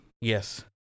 Yes